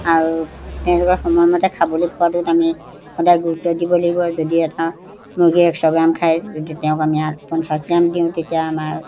আৰু তেওঁলোকে সময়মতে খাবলৈ পোৱাটোত আমি সদায় গুৰুত্ব দিব লাগিব যদি এটা মুৰ্গীয়ে একশ গ্ৰাম খায় যদি তেওঁক আমি আঠ পঞ্চাছ গ্ৰাম দিওঁ তেতিয়া আমাৰ